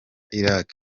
iraq